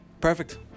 perfect